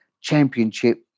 Championship